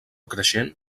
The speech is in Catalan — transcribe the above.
creixent